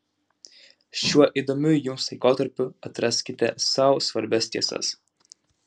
šiuo įdomiu jums laikotarpiu atraskite sau svarbias tiesas